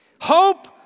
Hope